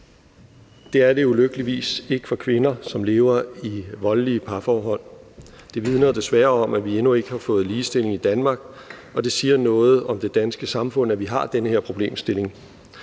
Det er det ulykkeligvis ikke for kvinder, som lever i voldelige parforhold. Det vidner desværre om, at vi endnu ikke har fået ligestilling i Danmark, og det siger noget om det danske samfund, at vi har den her problemstilling.